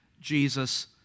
Jesus